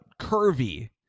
curvy